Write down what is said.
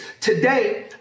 Today